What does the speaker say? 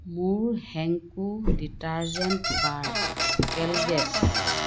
মোৰ Henko detergent bar Kellogg's